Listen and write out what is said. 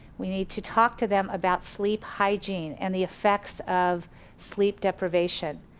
we need to talk to them about sleep hygiene and the effects of sleep deprivation.